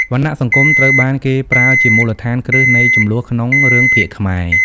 វណ្ណៈសង្គមត្រូវបានគេប្រើជាមូលដ្ឋានគ្រឹះនៃជម្លោះក្នុងរឿងភាគខ្មែរ។